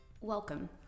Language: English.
Welcome